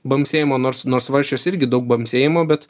bambsėjimo nors nors svarsčiuose irgi daug bambsėjimo bet